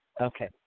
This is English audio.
okay